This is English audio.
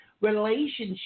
relationship